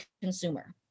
consumer